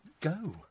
Go